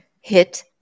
hit